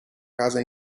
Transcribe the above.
casa